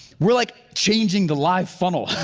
we're like changing the live funnel,